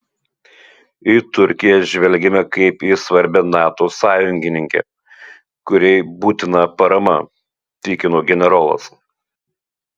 į turkiją žvelgiame kaip į svarbią nato sąjungininkę kuriai būtina parama tikino generolas